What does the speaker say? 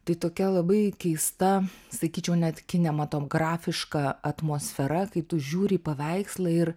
tai tokia labai keista sakyčiau net kinematografiška atmosfera kaip tu žiūri į paveikslą ir